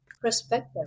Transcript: perspective